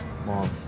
Mom